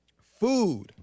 Food